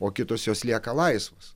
o kitos jos lieka laisvos